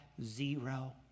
zero